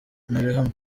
nterahamwe